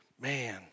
Man